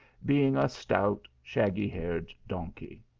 b ing a stout shaggy-haired donkey.